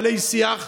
עלי שיח.